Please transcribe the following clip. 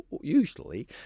usually